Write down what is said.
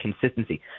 consistency